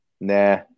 Nah